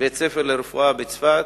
בית-הספר לרפואה בצפת.